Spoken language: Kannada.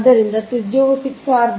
ಆದ್ದರಿಂದ ತ್ರಿಜ್ಯವು 6 r 2